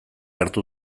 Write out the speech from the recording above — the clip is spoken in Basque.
hartu